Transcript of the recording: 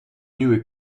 nieuwe